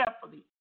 carefully